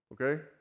Okay